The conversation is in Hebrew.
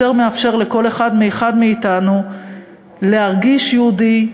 יותר מאפשר לכל אחד ואחד מאתנו להרגיש יהודי,